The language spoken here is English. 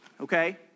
okay